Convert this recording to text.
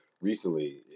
recently